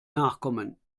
nachkommen